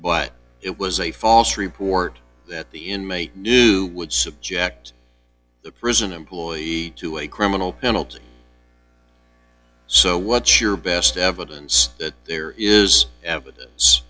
but it was a false report that the inmate knew would subject the prison employee to a criminal penalty so what's your best evidence that there is evidence